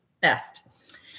best